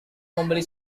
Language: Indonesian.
membeli